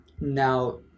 now